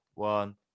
One